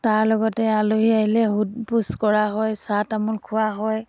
তাৰ লগতে আলহী আহিলে সোধ পোছ কৰা হয় চাহ তামোল খোৱা হয়